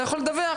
אתה יכול לדווח.